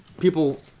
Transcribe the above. people